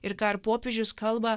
ir ką ir popiežius kalba